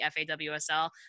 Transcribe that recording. FAWSL